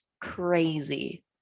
crazy